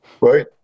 right